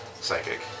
psychic